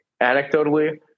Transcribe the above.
anecdotally